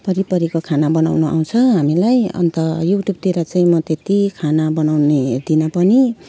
परि परिको खाना बनाउनु आउँछ हामीलाई अनि त युट्युबतिर चाहिँ म त्यति खाना बनाउने हेर्दिनँ पनि